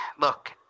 look